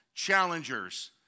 challengers